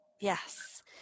Yes